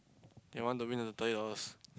they want to win the